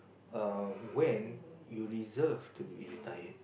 err when you reserve to be retired